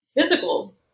physical